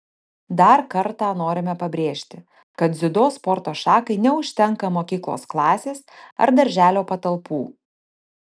dar kartą norime pabrėžti kad dziudo sporto šakai neužtenka mokyklos klasės ar darželio patalpų